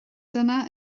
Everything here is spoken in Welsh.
dyna